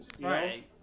Right